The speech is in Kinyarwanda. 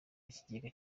kigega